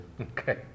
Okay